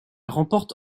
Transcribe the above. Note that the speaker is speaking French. remporte